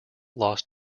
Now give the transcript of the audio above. lost